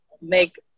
make